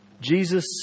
Jesus